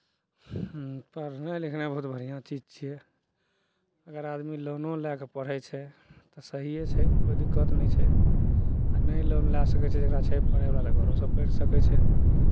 पढ़नाइ लिखनाइ बहुत बढ़िआँ चीज छियै अगर आदमी लोनो लए कऽ पढ़ै छै तऽ सहिए छै कोइ दिक्कत नहि छै आ नै लोन लए सकै छै जकरा छै पढ़यवला तऽ घरोसँ पढ़ि सकै छै